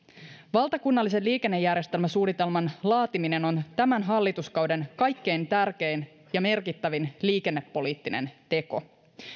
valtakunnallisen liikennejärjestelmäsuunnitelman laatiminen on tämän hallituskauden kaikkein tärkein ja merkittävin liikennepoliittinen teko